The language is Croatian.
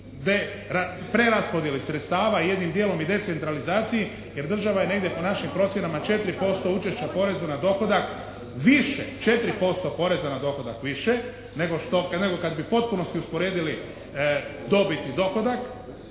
preraspodjeli sredstava jedinim dijelom i decentralizaciji jer država je negdje po našim procjenama 4% učešća poreza na dohodak više 4% poreza na dohodak više nego što, nego kad bi u potpunosti usporedili dobit i dohodak